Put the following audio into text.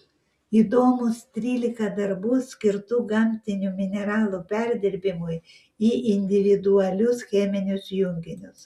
įdomūs trylika darbų skirtų gamtinių mineralų perdirbimui į individualius cheminius junginius